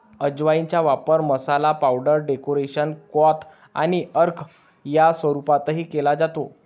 अजवाइनचा वापर मसाला, पावडर, डेकोक्शन, क्वाथ आणि अर्क या स्वरूपातही केला जातो